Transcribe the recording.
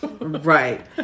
Right